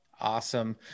Awesome